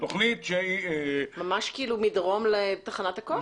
ממש מדרום לתחנת הכוח?